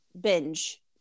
binge